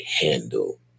handle